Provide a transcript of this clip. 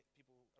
people